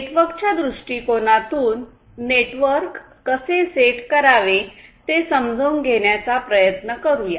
नेटवर्कच्या दृष्टिकोनातून नेटवर्क कसे सेट करावे ते समजून घेण्याचा प्रयत्न करूया